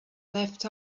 left